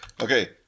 Okay